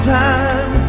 time